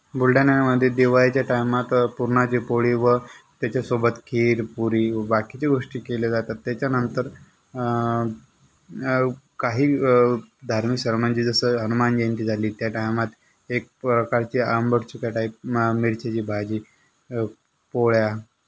बुलढाण्यामध्ये दिवाळीच्या टाइमात पुरणाची पोळी व त्याच्यासोबत खीरपुरी बाकीची गोष्टी केल्या जातात त्याच्यानंतर काही धार्मिक सण म्हणजे जसं हनुमान जयंती झाली त्या टायमात एक प्रकारची आंबटचुक्या टाइप मा मिरचीची भाजी पोळया